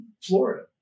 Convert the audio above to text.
Florida